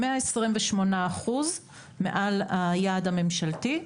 128% מעל היעד הממשלתי,